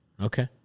Okay